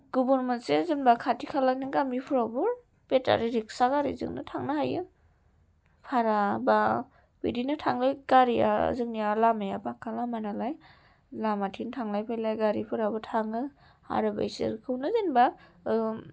गुबुन मोनसे जेनेबा खाथि खालानि गामिफ्रावबो बेटारि रिक्सा गारिजोंनो थांनो हायो भारा बा बिदिनो थाङो गारिया जोंनिया लामाया पाक्का लामा नालाय लामाथिं थांलाय फैलाय गारिफोराबो थाङो आरो बिसोरखौनो जेनेबा